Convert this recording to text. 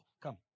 Come